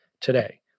today